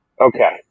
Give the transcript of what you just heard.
Okay